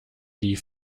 die